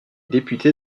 député